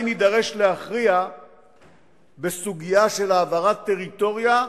נידרש להכריע בסוגיה של העברת טריטוריה,